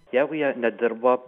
jeigu jie nedirba